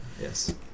Yes